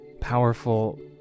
Powerful